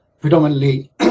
predominantly